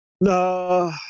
No